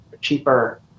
cheaper